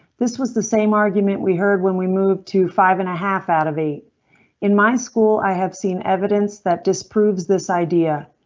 this was the same argument we heard when we moved to five and a half out of eight in my school i have seen evidence that disproves this idea.